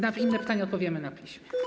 Na inne pytania odpowiemy na piśmie.